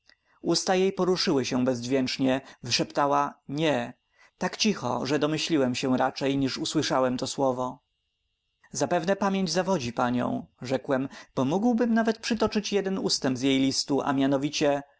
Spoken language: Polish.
jej poruszyły się bezdźwięcznie wyszeptała nie tak cicho że domyśliłem się raczej niż usłyszałem to słowo zapewne pamięć zawodzi panią rzekłem bo mógłbym nawet przytoczyć jeden ustęp z jej listu a mianowicie